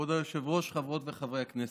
כבוד היושב-ראש, חברות וחברי הכנסת,